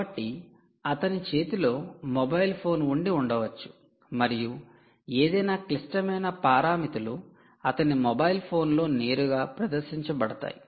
కాబట్టి అతని చేతిలో మొబైల్ ఫోన్ ఉండి ఉండవచ్చు మరియు ఏదైనా క్లిష్టమైన పారామితులు అతని మొబైల్ ఫోన్లో నేరుగా ప్రదర్శించబడతాయి